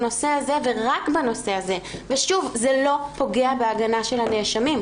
תוך כדי דיון ואתה בקיא בנושא כבר מגלים את הנקודה הזאת,